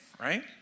right